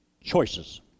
choices